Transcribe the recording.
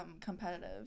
competitive